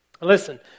Listen